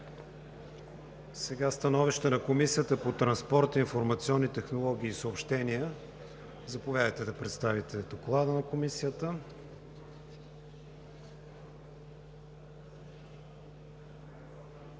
Следва становището на Комисията по транспорт, информационни технологии и съобщения. Заповядайте да представите Доклада на Комисията.